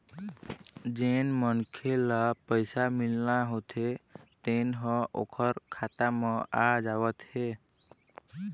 जेन मनखे ल पइसा मिलना होथे तेन ह ओखर खाता म आ जावत हे